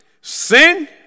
sin